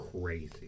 crazy